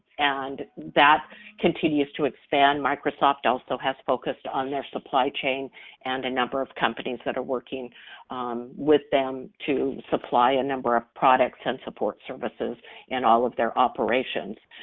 and that continues to expand. microsoft also has focused on their supply chain and a number of companies that are working with them to supply a number of products and support services in all of their operations.